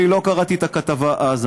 אני לא קראתי את הכתבה אז.